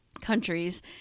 countries